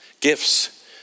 Gifts